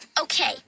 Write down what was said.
Okay